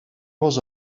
was